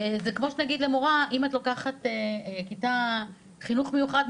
כמו שנגיד למורה "אם את לוקחת כיתה לחינוך מיוחד,